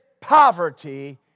poverty